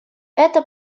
эта